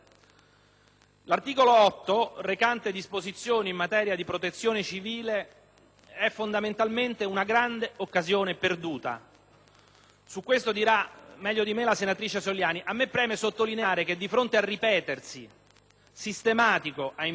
L'articolo 8, recante disposizioni in materia di protezione civile, è fondamentalmente una grande occasione perduta. Su questo dirà meglio di me la senatrice Soliani. A me preme sottolineare che di fronte al ripetersi, sistematico ahimè,